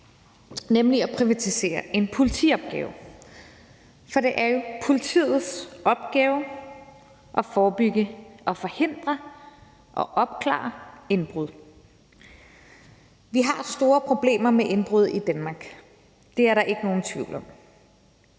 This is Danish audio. nemlig at privatisere en politiopgave, for det er jo politiets opgave at forebygge, forhindre og opklare indbrud. Vi har store problemer med indbrud i Danmark, det er der ikke nogen tvivl om,